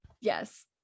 Yes